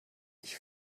ich